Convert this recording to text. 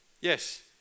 Yes